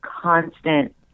constant